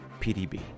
PDB